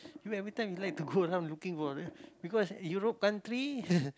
you every time you like to go around looking for because Europe country